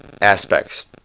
aspects